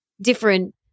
different